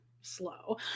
slow